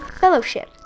fellowship